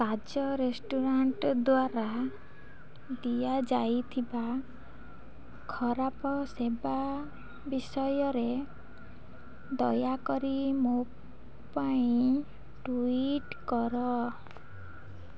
ତାଜ restaurant ଦ୍ୱାରା ଦିଆଯାଇଥିବା ଖରାପ ସେବା ବିଷୟରେ ଦୟାକରି ମୋ ପାଇଁ ଟୁଇଟ୍ କର